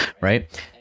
right